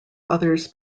others